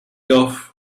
off